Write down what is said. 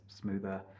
smoother